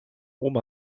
oma